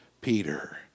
Peter